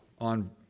on